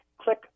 Click